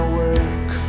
work